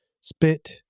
spit